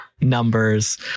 numbers